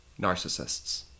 narcissists